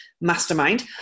Mastermind